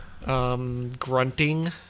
Grunting